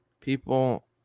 People